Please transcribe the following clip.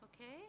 Okay